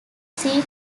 seat